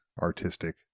artistic